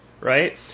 right